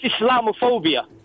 Islamophobia